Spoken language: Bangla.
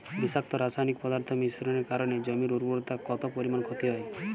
বিষাক্ত রাসায়নিক পদার্থের মিশ্রণের কারণে জমির উর্বরতা কত পরিমাণ ক্ষতি হয়?